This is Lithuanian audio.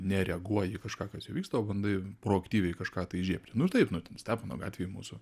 nereaguoji į kažką kas jau vyksta o bandai proaktyviai kažką tai įžiebti nu taip nu ten stepono gatvėj mūsų